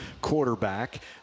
quarterback